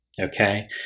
okay